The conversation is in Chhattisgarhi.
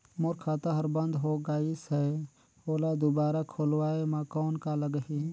मोर खाता हर बंद हो गाईस है ओला दुबारा खोलवाय म कौन का लगही?